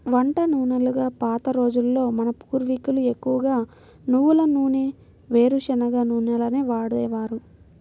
వంట నూనెలుగా పాత రోజుల్లో మన పూర్వీకులు ఎక్కువగా నువ్వుల నూనె, వేరుశనగ నూనెలనే వాడేవారు